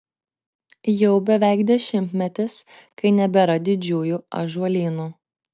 jau beveik dešimtmetis kai nebėra didžiųjų ąžuolynų